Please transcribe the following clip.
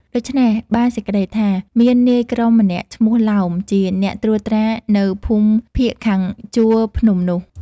ដូច្នេះ បានសេចក្ដីថា មាននាយក្រុមម្នាក់ឈ្មោះឡោម ជាអ្នកត្រួតត្រានៅភូមិភាគខាងជួរភ្នំនោះ។